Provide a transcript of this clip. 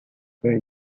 very